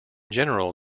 general